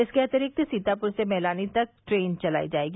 इसके अतिरिक्त सीतापुर से मैलानी तक ट्रेन चलाई जायेगी